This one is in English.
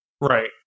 Right